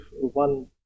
one